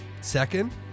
Second